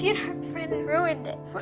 you know friends ruined it.